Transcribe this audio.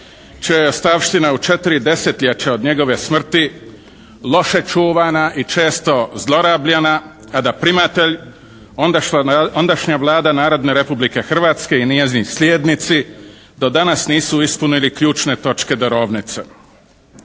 čija je ostavština u četiri desetljeća od njegove smrti loše čuvana i često zlorabljena a da primatelj ondašnja Vlada Narodne Republike Hrvatske i njezini slijednici do danas nisu ispunili ključne točke darovnice.